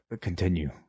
continue